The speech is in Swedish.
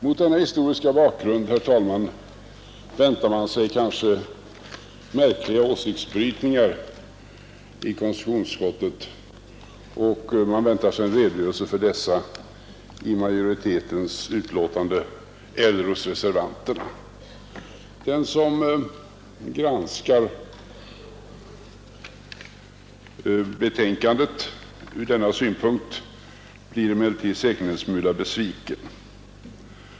Mot denna historiska bakgrund, herr talman, väntar man sig kanske märkliga åsiktsbrytningar i konstitutionsutskottet och en redogörelse för dessa i majoritetens skrivning eller i reservationen. Den som granskar betänkandet ur denna synpunkt blir emellertid säkerligen en smula besviken.